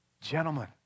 gentlemen